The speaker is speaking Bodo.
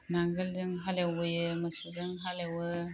नांगोलजों हालेवहैयो मोसौजों हालेवो